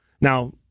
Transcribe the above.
Now